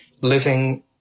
living